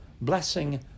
blessing